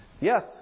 Yes